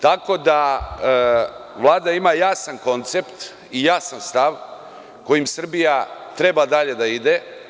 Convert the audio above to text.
Tako da Vlada ima jasan koncept i jasan stav kojim Srbija treba dalje da ide.